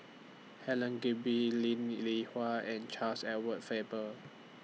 Helen Gilbey Linn Li Hua and Charles Edward Faber